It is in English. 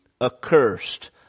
accursed